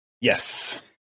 Yes